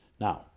Now